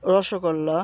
rasgulla